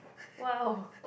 !wow!